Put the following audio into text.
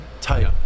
tight